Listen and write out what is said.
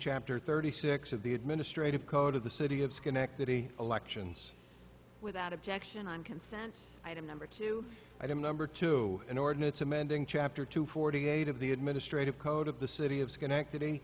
chapter thirty six of the administrative code of the city of schenectady elections without objection on consent item number two i don't number two in ordinance amending chapter two forty eight of the administrative code of the city of schenectady